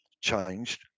changed